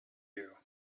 you